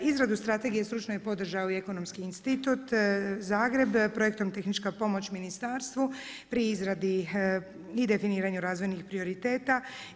Izradu strategije stručno je podržao i Ekonomski institut Zagreb, projektom tehnička pomoć ministarstvu pri izradi i definiranju razvojnih prioriteta.